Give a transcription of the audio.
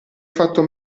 fatto